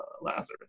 Lazarus